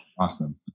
Awesome